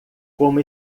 como